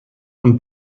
und